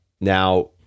Now